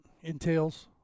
entails